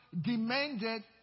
demanded